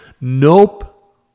nope